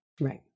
right